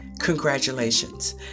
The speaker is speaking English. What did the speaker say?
Congratulations